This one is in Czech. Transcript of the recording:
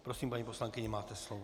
Prosím, paní poslankyně, máte slovo.